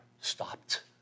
stopped